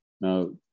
Now